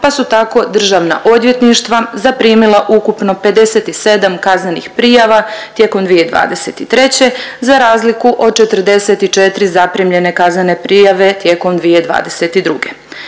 pa su tako državna odvjetništva zaprimila ukupno 57 kaznenih prijava tijekom 2023. za razliku od 44 zaprimljene kaznene prijave tijekom 2022.